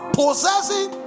possessing